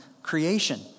creation